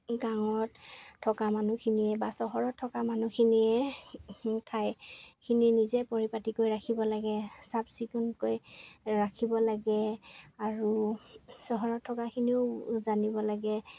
গাঁৱত থকা মানুহখিনিয়ে বা চহৰত থকা মানুহখিনিয়ে ঠাইখিনি নিজে পৰিপাটিকৈ ৰাখিব লাগে চাফ চিকুণকৈ ৰাখিব লাগে আৰু চহৰত থকাখিনিও জানিব লাগে